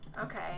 Okay